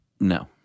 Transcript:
No